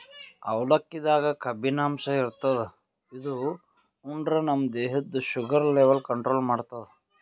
ಅವಲಕ್ಕಿದಾಗ್ ಕಬ್ಬಿನಾಂಶ ಇರ್ತದ್ ಇದು ಉಂಡ್ರ ನಮ್ ದೇಹದ್ದ್ ಶುಗರ್ ಲೆವೆಲ್ ಕಂಟ್ರೋಲ್ ಮಾಡ್ತದ್